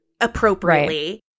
appropriately